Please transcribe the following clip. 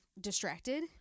distracted